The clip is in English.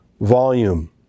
Volume